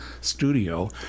studio